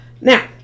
Now